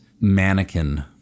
mannequin